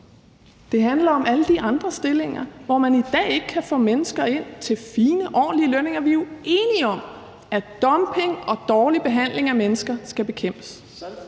her handler om alle de andre stillinger, hvor man i dag ikke kan få mennesker ind til fine og ordentlige lønninger. Vi er jo enige om, at løndumping og dårlig behandling af mennesker skal bekæmpes.